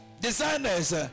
Designers